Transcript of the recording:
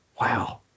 wow